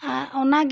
ᱟᱨ ᱚᱱᱟᱜᱤ